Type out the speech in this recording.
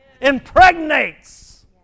impregnates